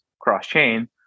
cross-chain